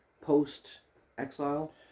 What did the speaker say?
post-exile